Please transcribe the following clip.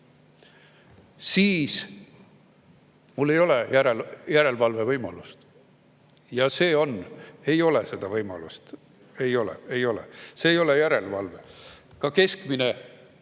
siis ei ole järelevalvevõimalust. Ei ole seda võimalust. Ei ole, ei ole, see ei ole järelevalve. Ka keskmine,